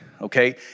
okay